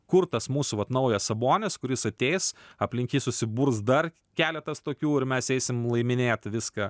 kur tas mūsų vat naujas sabonis kuris ateis aplink jį susiburs dar keletas tokių ir mes eisim laiminėt viską